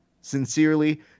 Sincerely